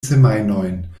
semajnojn